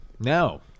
No